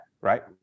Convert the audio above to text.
right